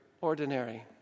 ordinary